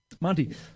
Monty